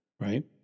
right